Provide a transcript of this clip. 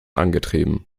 angetrieben